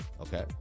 okay